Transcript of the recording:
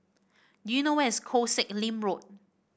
do you know where is Koh Sek Lim Road